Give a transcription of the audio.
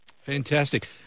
Fantastic